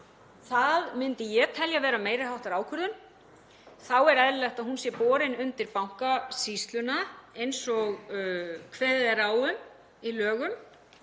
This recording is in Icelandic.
Það myndi ég telja vera meiri háttar ákvörðun og þá er eðlilegt að hún sé borin undir Bankasýsluna eins og kveðið er á um í lögum.